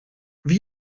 wie